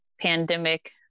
pandemic